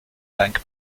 bank